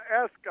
ask